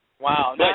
Wow